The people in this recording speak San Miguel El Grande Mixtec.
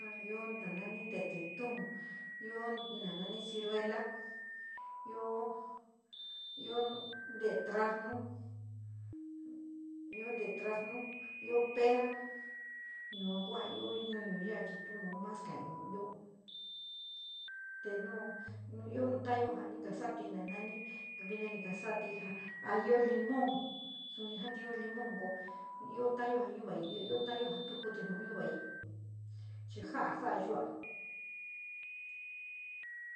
A io nani te´e títiun, io na naní círuela, io teé trasnu. Po te te trasnu, ío pera yuá kua ío tuyo ya tú nu nasga, nao ío te ne, ío no taaye ío na kasatíí nananí. Vino ni ja rí íneo sun jáatingo ko jo tarayo ja. Tuvai te ío ta´ayo jo te kutíí ñu muai chi ja´a saáa yuua.